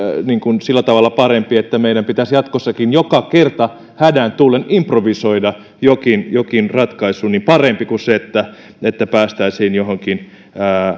sillä tavalla parempi että meidän pitäisi jatkossakin joka kerta hädän tullen improvisoida jokin jokin ratkaisu kuin se että päästäisiin johonkin